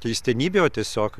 keistenybė o tiesiog